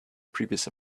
previous